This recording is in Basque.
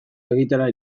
egitera